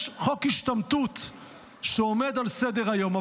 יש חוק השתמטות שעומד על סדר-היום.